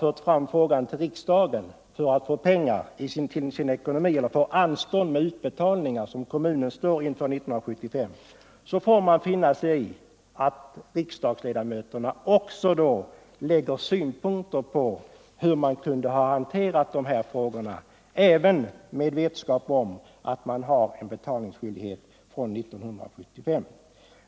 fört fram frågan till riksdagen för att få pengar eller anstånd med utbetalningar som kommunen står inför 1975 måste man finna sig i att riksdagsledamöterna lägger fram synpunkter på hur man kunde hanterat dessa frågor även med vetskap om att man har en betalningsskyldighet 1975.